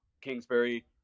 Kingsbury